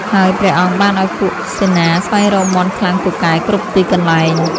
ហើយព្រះអង្គបានឲ្យពួកសេនាស្វែងរកមាន់ខ្លាំងពូកែគ្រប់ទីកន្លែង។